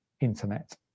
internet